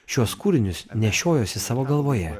šiuos kūrinius nešiojuosi savo galvoje